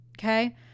okay